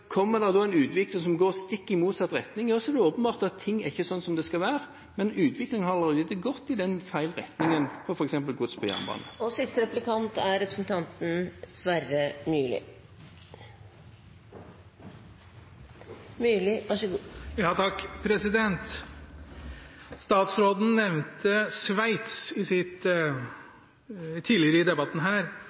Kommer det en utvikling som går i stikk motsatt retning, er det åpenbart at ting ikke er som de skal være, men utviklingen har allerede gått i feil retning, f.eks. når det gjelder gods på jernbane. Statsråden nevnte Sveits tidligere i debatten.